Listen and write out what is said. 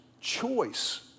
choice